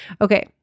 okay